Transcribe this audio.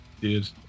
Dude